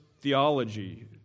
theology